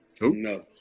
No